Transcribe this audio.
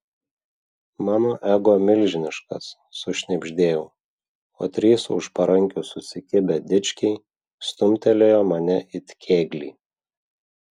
mano ego milžiniškas sušnibždėjau o trys už parankių susikibę dičkiai stumtelėjo mane it kėglį